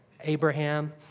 Abraham